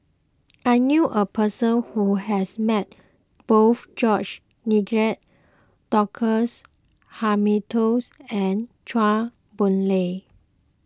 I knew a person who has met both George Nigel Douglas Hamiltons and Chua Boon Lay